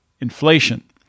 inflation